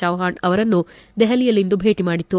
ಚೌಹಾಣ್ ಅವರನ್ನು ದೆಹಲಿಯಲ್ಲಿಂದು ಭೇಟಿ ಮಾಡಿತು